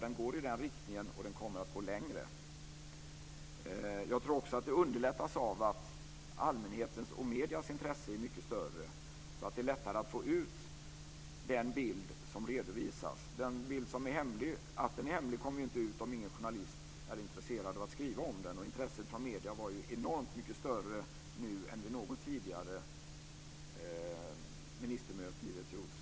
Den går i den riktningen, och den kommer att gå längre. Jag tror också att det underlättas av att allmänhetens och mediernas intresse är mycket större, så att det är lättare att få ut den bild som redovisas. När det gäller den bild som är hemlig kommer den ju inte ut om ingen journalist är intresserad av att skriva om den. Och intresset från medierna var enormt mycket större nu än vid något tidigare ministermöte i WTO:s hägn.